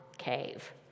cave